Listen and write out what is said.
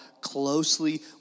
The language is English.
closely